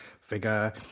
figure